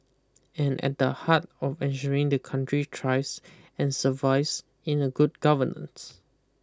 and at the heart of ensuring the country tries and survives in the good governance